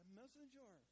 messenger